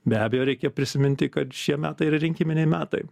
be abejo reikia prisiminti kad šie metai yra rinkiminiai metai